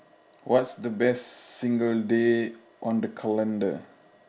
what's the best single day on the calendar